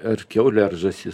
ar kiaulė ar žąsis